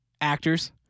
actors